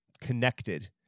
connected